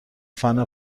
فنا